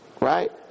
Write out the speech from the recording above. right